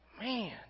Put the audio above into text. man